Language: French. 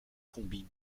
combine